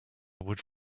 would